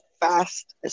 fast